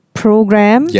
program